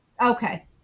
Okay